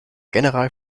general